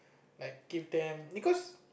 like give them because